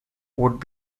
would